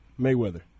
Mayweather